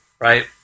right